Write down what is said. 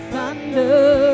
thunder